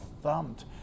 thumped